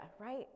right